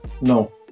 No